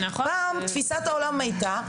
פעם תפיסת העולם הייתה,